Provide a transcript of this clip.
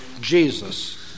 Jesus